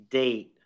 date